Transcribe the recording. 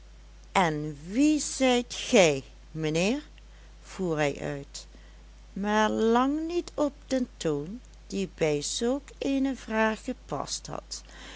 en wie zijt gij mijnheer voer hij uit maar lang niet op den toon die bij zulk eene vraag gepast had